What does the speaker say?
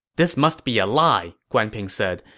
this must be a lie, guan ping said.